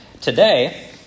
today